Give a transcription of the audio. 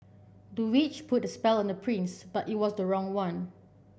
the witch put a spell on the prince but it was the wrong one